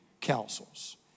counsels